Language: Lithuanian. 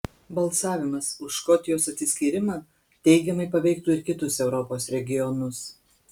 balsavimas už škotijos atsiskyrimą teigiamai paveiktų ir kitus europos regionus